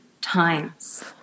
times